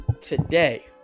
Today